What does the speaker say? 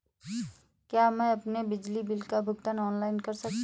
क्या मैं अपने बिजली बिल का भुगतान ऑनलाइन कर सकता हूँ?